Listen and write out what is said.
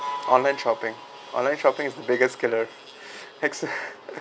online shopping online shopping is the biggest killer